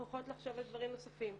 אנחנו יכולות לחשוב על דברים נוספים.